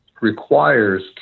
requires